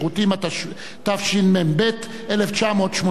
התשמ"ב 1982,